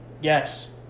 Yes